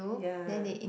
ya